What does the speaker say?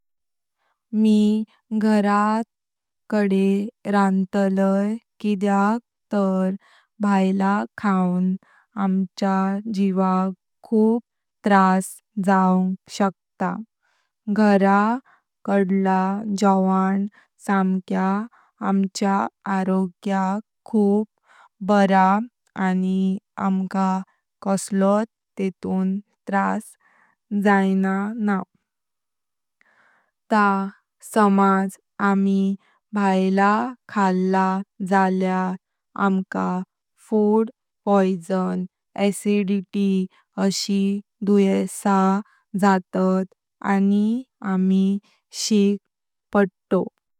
मी घरांत कडे रंतलाय किद्याक तार भायल खाऊं आमका जीवांक खूब त्रास जाव शकता। घराकडलां जावांव समके आमका आरोग्याक खूब बरां आनी आमका कसली तरी तष्टें त्रास जायना न्हय। तात सामजां आमी भायल खल्ला जल्यान आमका फूड पॉइज़न, अॅसिडिटी अशी दुयेस्टता जातात आनी आमी शिक पडलां।